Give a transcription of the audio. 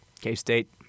K-State